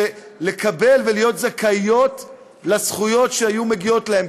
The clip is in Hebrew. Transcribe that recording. ולקבל, להיות זכאיות לזכויות שהיו מגיעות להן.